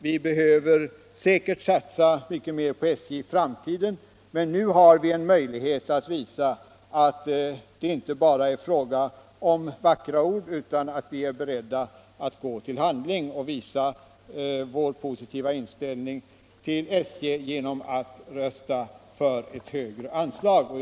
Vi behöver säkerligen satsa mycket mer på SJ i framtiden, men nu har vi möjlighet att visa att det inte bara är fråga om vackra 'ord utan att vi är beredda att gå till handling och rösta för ett högre anslag till SJ.